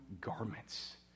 garments